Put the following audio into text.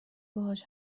باهاش